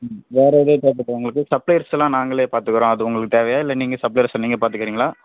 ம் வேறு ஏதா தேவைப்படுதா உங்களுக்கு சப்ளையர்ஸ் எல்லாம் நாங்களே பார்த்துக்கறோம் அது உங்களுக்கு தேவையா இல்லை நீங்கள் சப்ளையரஸை நீங்கள் பார்த்துக்கறீங்களா